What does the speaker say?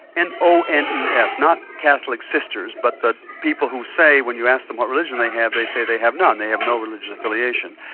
and and yeah not catholic sisters, but the people who say when you ask them what religion they have, they say they have none, they have no religious affiliation,